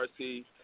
RC